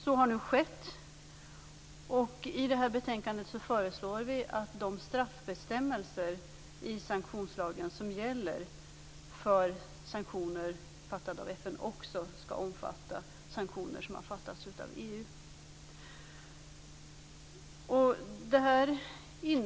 Så har nu skett, och vi föreslår i det här betänkandet att de straffbestämmelser i sanktionslagen som gäller för sanktioner beslutade av FN också skall omfatta sanktioner som beslutats av EU.